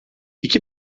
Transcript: i̇ki